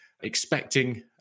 expecting